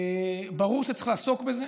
ברור שצריך לעסוק בזה.